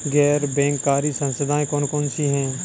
गैर बैंककारी संस्थाएँ कौन कौन सी हैं?